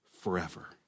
forever